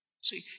See